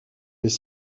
mais